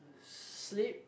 s~ slip